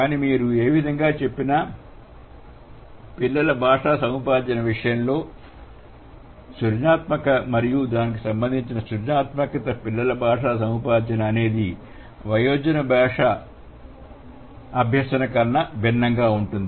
కానీ మీరు ఏ విధంగా చెప్పినా పిల్లల భాషా సముపార్జన విషయంలో సృజనాత్మకత మరియు దీనికి సంబంధించి సృజనాత్మకత పిల్లల భాషా సముపార్జన అనేది వయోజన భాషా అభ్యసన కన్నా భిన్నంగా ఉంటుంది